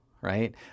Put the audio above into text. right